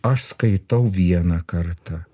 aš skaitau vieną kartą